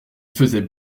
faisaient